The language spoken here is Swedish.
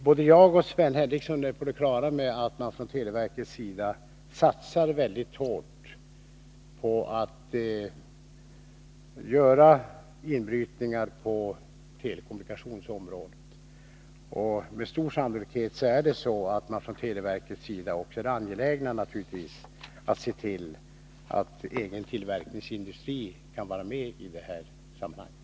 Både jag och Sven Henricsson är på det klara med att televerket satsar mycket hårt på att göra inbrytningar på telekommunikationsområdet. Och man torde också från televerkets sida vara angelägen att se till att den egna tillverkningsindustrin kan vara med i det sammanhanget.